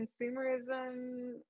consumerism